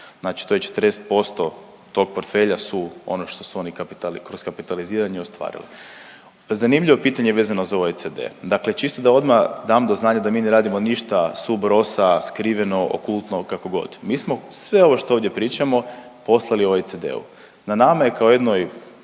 Znači to je 40% tog portfelja su ono što su oni kroz kapitaliziranje ostvarili. Zanimljivo pitanje vezano za OECD. Dakle čisto da odmah dam do znanja da mi ne radimo ništa sub rosa, skriveno, okultno, kako god. Mi smo sve ovo što ovdje pričamo poslali OECD-u. Na nama je kao jednoj